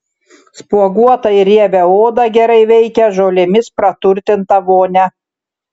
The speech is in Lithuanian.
spuoguotą ir riebią odą gerai veikia žolėmis praturtinta vonia